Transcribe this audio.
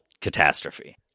catastrophe